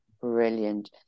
Brilliant